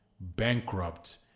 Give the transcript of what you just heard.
bankrupt